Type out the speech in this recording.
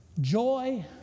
Joy